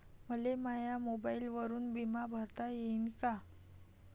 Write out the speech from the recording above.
मले माया मोबाईलवरून बिमा भरता येईन का?